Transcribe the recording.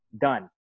done